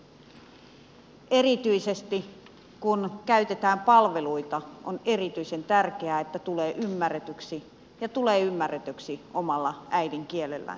erityisesti kun käytetään palveluita on erityisen tärkeää että tulee ymmärretyksi ja tulee ymmärretyksi omalla äidinkielellään